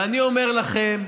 אני אומר לכם: